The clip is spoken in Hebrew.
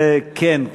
כן,